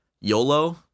YOLO